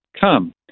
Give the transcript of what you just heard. Come